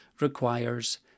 requires